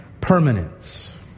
permanence